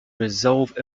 resolve